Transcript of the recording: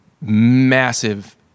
massive